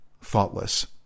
thoughtless